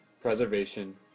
preservation